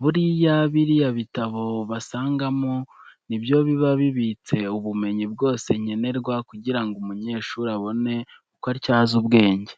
Buriya biriya bitabo basangamo ni byo biba bibitse ubumenyi bwose nkenerwa kugira ngo umunyeshuri abone uko atyaza ubwenge.